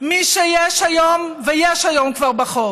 יש היום, וכבר יש היום בחוק,